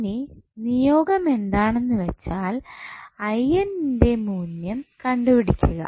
ഇനി നിയോഗം എന്താണെന്നുവെച്ചാൽ ന്റെ മൂല്യം കണ്ടുപിടിക്കുക